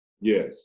yes